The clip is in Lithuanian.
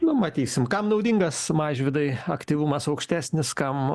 nu matysim kam naudingas mažvydai aktyvumas aukštesnis kam